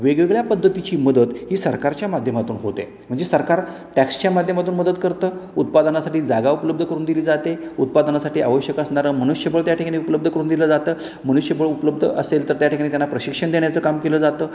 वेगवेगळ्या पद्धतीची मदत ही सरकारच्या माध्यमातून होते म्हणजे सरकार टॅक्सच्या माध्यमातून मदत करतं उत्पादनासाठी जागा उपलब्ध करून दिली जाते उत्पादनासाठी आवश्यक असणारा मनुष्यबळ त्या ठिकाणी उपलब्ध करून दिलं जातं मनुष्यबळ उपलब्ध असेल तर त्या ठिकाणी त्यांना प्रशिक्षण देण्याचं काम केलं जातं